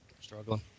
struggling